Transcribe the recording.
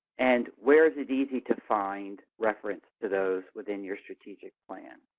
and where is it easy to find reference to those within your strategic plan?